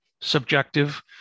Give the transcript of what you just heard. subjective